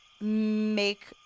make